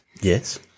Yes